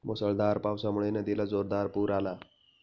मुसळधार पावसामुळे नदीला जोरदार पूर आला